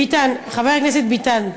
חבר הכנסת ביטן,